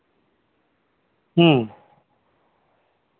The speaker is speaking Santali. ᱦᱮᱸ